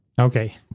Okay